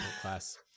class